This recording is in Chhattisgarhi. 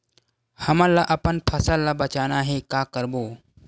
हमन ला अपन फसल ला बचाना हे का करबो?